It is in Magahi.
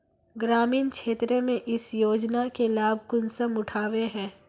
ग्रामीण क्षेत्र में इस योजना के लाभ कुंसम उठावे है?